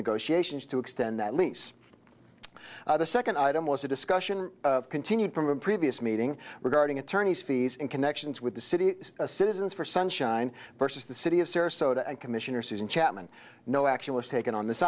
negotiations to extend that lease the second item was a discussion continued from a previous meeting regarding attorneys fees and connections with the city citizens for sunshine vs the city of sarasota and commissioner susan chatman no action was taken on th